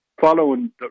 following